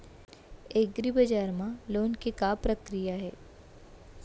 एग्रीबजार मा लोन के का प्रक्रिया हे?